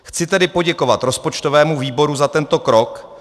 Chci tedy poděkovat rozpočtovému výboru za tento krok.